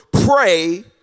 Pray